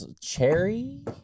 Cherry